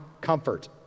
comfort